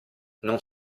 non